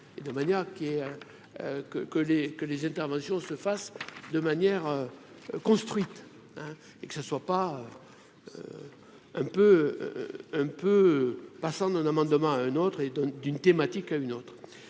que que les que les interventions se fassent de manière construite et que ce ne soit pas un peu un peu, passant d'un amendement à un autre, et donc d'une thématique à une autre,